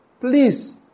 Please